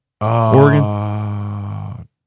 Oregon